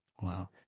Wow